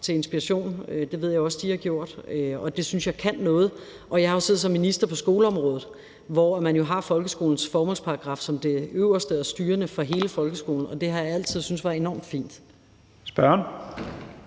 til inspiration, og det ved jeg også de har gjort, og det synes jeg kan noget. Jeg har jo siddet som minister på skoleområdet, hvor man har folkeskolens formålsparagraf som det øverste og styrende for hele folkeskolen, og det har jeg altid syntes var enormt fint. Kl.